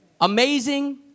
amazing